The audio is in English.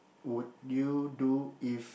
would you do if